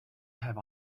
have